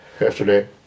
yesterday